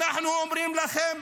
אנחנו אומרים לכם: